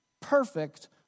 perfect